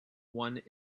one